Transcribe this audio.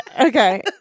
Okay